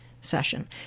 session